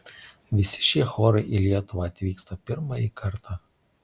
visi šie chorai į lietuvą atvyksta pirmąjį kartą